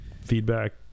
feedback